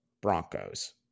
Broncos